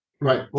Right